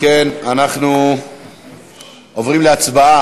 אם כן, אנחנו עוברים להצבעה